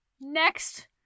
next